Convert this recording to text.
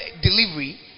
delivery